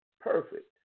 perfect